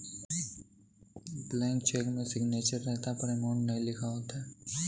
blank cheque में signature रहता है पर अमाउंट नहीं लिखा होता है